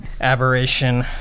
aberration